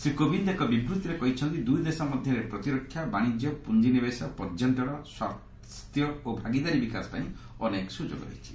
ଶ୍ରୀ କୋବିନ୍ଦ ଏକ ବିବୂଭିରେ କହିଛନ୍ତି ଦୁଇଦେଶ ମଧ୍ୟରେ ପ୍ରତିରକ୍ଷା ବାଶିଜ୍ୟ ପୁଞ୍ଜିନିବେଶ ପର୍ଯ୍ୟଟନ ସ୍ୱାସ୍ଥ୍ୟ ଓ ଭାଗିଦାରୀ ବିକାଶ ପାଇଁ ଅନେକ ସୁଯୋଗ ରହିଛି